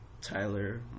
Tyler